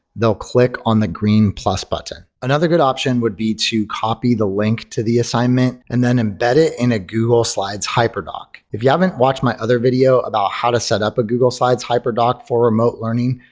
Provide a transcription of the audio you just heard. they'll click on the green plus button. another good option would be to copy the link to the assignment and then embed it in a google slides hyperdoc. if you haven't watched my other video about how to set up a google slides hyperdoc for remote learning,